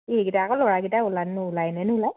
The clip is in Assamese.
এইকেইটা আকৌ ল'ৰাকেইটা ওলাই নে ওলাই নে নোলাই